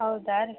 ಹೌದಾ ರೀ